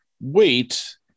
wait